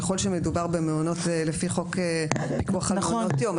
ככל שמדובר במעונות לפי חוק פיקוח על מעונות יום.